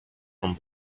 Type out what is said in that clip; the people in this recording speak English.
from